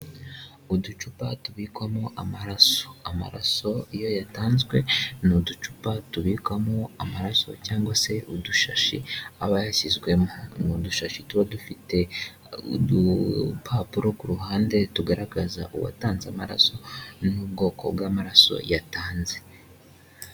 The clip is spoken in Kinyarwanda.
Uducupa tubikwamo amaraso; amaraso iyo yatanzwe ni uducupa tubikwamo amaraso cyangwag se udusashi aba yashyizwemo ni udusashi tuba dufite udupapuro ku ruhande tugaragaza uwatanze amaraso n'ubwoko bw'amaraso yatanze.